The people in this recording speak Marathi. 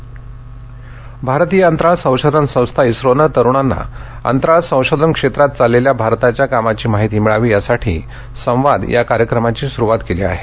इस्रो भारतीय अंतराळ संशोधन संस्था इस्रोन तरुणांना अंतराळ संशोधन क्षेत्रात चाललेल्या भारताच्या कामाची माहिती मिळावी यासाठी संवाद या कार्यक्रमाची सुरुवात केली आहे